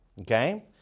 Okay